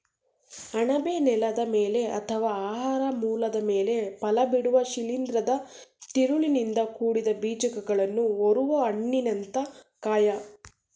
ಅಣಬೆ ನೆಲದ ಮೇಲೆ ಅಥವಾ ಆಹಾರ ಮೂಲದ ಮೇಲೆ ಫಲಬಿಡುವ ಶಿಲೀಂಧ್ರದ ತಿರುಳಿನಿಂದ ಕೂಡಿದ ಬೀಜಕಗಳನ್ನು ಹೊರುವ ಹಣ್ಣಿನಂಥ ಕಾಯ